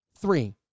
Three